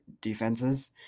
defenses